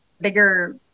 bigger